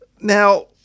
now